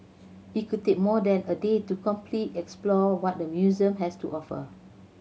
it could take more than a day to complete explore what the museum has to offer